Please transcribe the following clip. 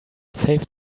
saved